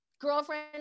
girlfriend